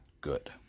good